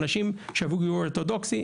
אנשים שעברו גיור אורתודוקסי,